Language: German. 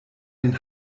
den